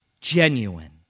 genuine